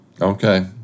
okay